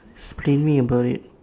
screen me about it